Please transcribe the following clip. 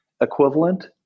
equivalent